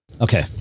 Okay